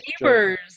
neighbors